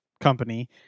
company